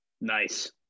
Nice